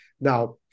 Now